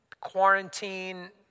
quarantine